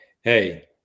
hey